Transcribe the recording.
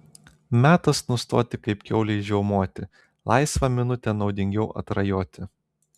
metas nustoti kaip kiaulei žiaumoti laisvą minutę naudingiau atrajoti